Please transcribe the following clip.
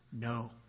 no